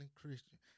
Christian